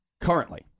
currently –